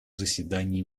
заседании